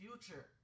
future